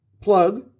plug